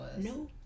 no